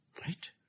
right